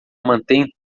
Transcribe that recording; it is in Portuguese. mantém